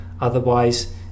Otherwise